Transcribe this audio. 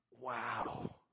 Wow